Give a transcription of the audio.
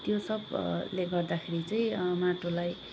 त्यो सब ले गर्दाखेरि चाहिँ माटोलाई